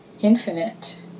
infinite